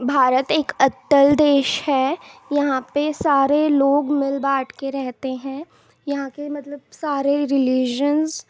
بھارت ایک اٹل دیش ہے یہاں پہ سارے لوگ مل بانٹ کے رہتے ہیں یہاں کے مطلب سارے ریلیجنس